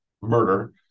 murder